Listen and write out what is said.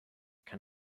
can